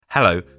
Hello